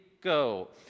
go